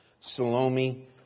Salome